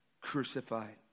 crucified